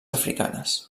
africanes